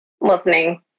listening